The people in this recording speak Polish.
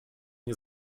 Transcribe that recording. nie